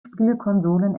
spielkonsolen